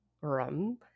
rum